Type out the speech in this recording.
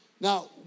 Now